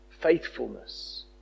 faithfulness